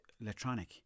electronic